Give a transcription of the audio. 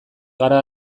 gara